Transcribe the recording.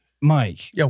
Mike